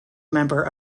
member